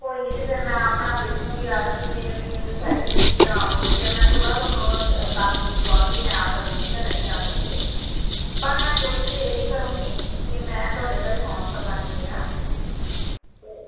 ਕੋਈ ਨਹੀਂ ਜੀ ਫਿਰ ਮੈਂ ਆਪਣਾ ਵੇਖੂੰਗੀ ਆ ਕਿਵੇਂ ਵੀ ਮੈਨੂੰ ਸੈਟਿੰਗ ਕਿਸ ਤਰ੍ਹਾਂ ਆਉਂਦੀ ਹੈ ਫਿਰ ਮੈਂ ਸੁਬਹਾ ਤੁਹਾਨੂੰ ਕਰ ਦੂੰਗੀ ਕਾਲ ਵੀ ਮੈਂ ਆ ਸਕਦੀ ਹਾਂ ਜਾਂ ਨਹੀਂ ਆ ਸਕਦੀ ਪਰ ਮੈਂ ਕੋਸ਼ਿਸ਼ ਇਹੀ ਕਰੂੰਗੀ ਕਿ ਮੈਂ ਤੁਹਾਡੇ ਘਰ ਪਹੁੰਚ ਸਕਾਂ